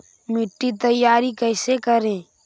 मिट्टी तैयारी कैसे करें?